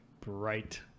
bright